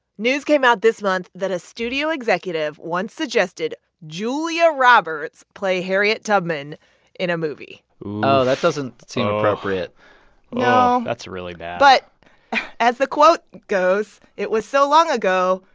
news came out this month that a studio executive once suggested julia roberts play harriet tubman in a movie oh, that doesn't seem appropriate oh, that's really bad no. but as the quote goes, it was so long ago,